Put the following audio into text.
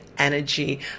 Energy